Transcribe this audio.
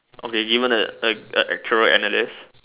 okay given a a a actual analysis